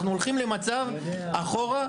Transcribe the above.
אנחנו הולכים למצב אחורה,